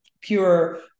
pure